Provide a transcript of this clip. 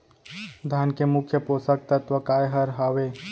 धान के मुख्य पोसक तत्व काय हर हावे?